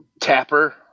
Tapper